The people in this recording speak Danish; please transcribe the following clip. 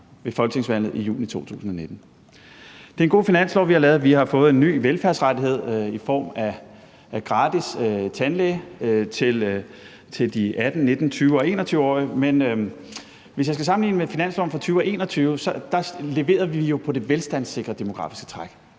ved folketingsvalget i juni 2019. Det er en god finanslov, vi har lavet. Vi har fået en ny velfærdsrettighed i form af gratis tandlæge til de 18-, 19-, 20- og 21-årige. Men hvis jeg skal sammenligne med finansloven for 2021, så leverede vi jo der på det velstandssikre demografiske træk,